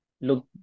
look